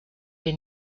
wir